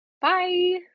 Bye